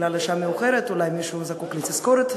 בגלל השעה המאוחרת אולי מישהו זקוק לתזכורת,